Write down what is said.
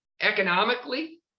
economically